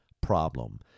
problem